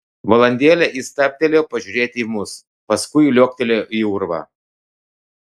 valandėlę jis stabtelėjo pažiūrėti į mus paskui liuoktelėjo į urvą